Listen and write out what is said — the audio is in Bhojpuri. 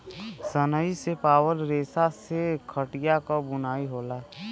सनई से पावल रेसा से खटिया क बुनाई होला